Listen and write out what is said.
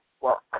work